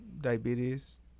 diabetes